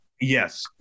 Yes